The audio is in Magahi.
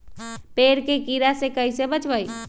पेड़ के कीड़ा से कैसे बचबई?